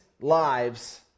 lives